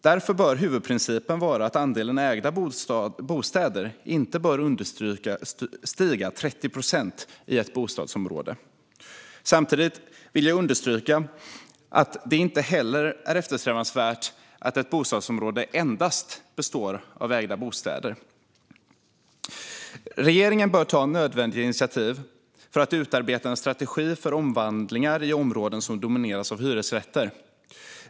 Därför bör huvudprincipen vara att andelen ägda bostäder inte understiger 30 procent i ett bostadsområde. Samtidigt vill jag understryka att det inte heller är eftersträvansvärt att ett bostadsområde består av endast ägda bostäder. Regeringen bör ta nödvändiga initiativ för att utarbeta en strategi för omvandlingar i områden som domineras av hyresrätter.